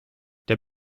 der